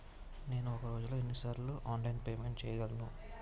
నేను ఒక రోజులో ఎన్ని సార్లు ఆన్లైన్ పేమెంట్ చేయగలను?